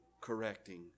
correcting